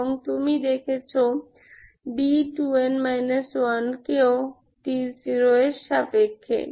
এবং তুমি দেখেছ d2n 1 কেও d0 এর সাপেক্ষে